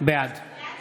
בעד